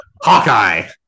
Hawkeye